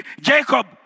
Jacob